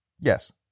Yes